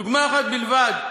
דוגמה אחת בלבד,